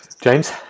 James